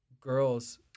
girls